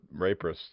rapists